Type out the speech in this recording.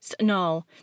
No